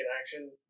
action